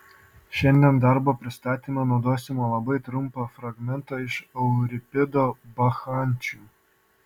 šiandien darbo pristatyme naudosime labai trumpą fragmentą iš euripido bakchančių